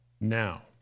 now